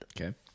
Okay